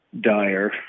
dire